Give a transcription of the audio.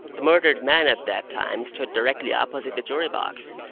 the murdered man at that time stood directly opposite the jury-box,